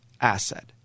asset